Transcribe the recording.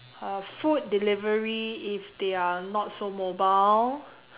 uh food delivery if they are not so mobile